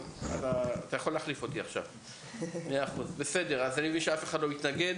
מאה אחוז, בסדר, אז אני מבין שאף אחד לא מתנגד,